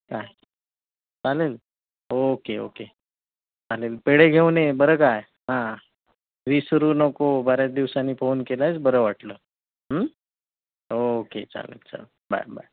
काय चालेल okay okay चालेल पेढे घेऊन ये बरं काय हां विसरू नको बऱ्याच दिवसांनी फोन केलायस बरं वाटलं ओके चालेल चालेल बाय बाय